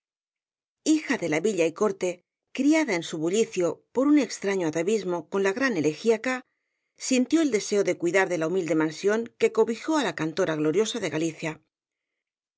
hija de la villa y corte criada en su bullicio por un extraño atavismo con la gran elegiaca sintió el deseo de cuidar de la humilde mansión que cobijó á la cantora gloriosa de galicia